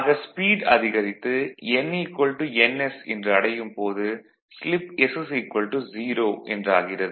ஆக ஸ்பீடு அதிகரித்து n ns என்று அடையும் போது ஸ்லிப் s 0 என்றாகிறது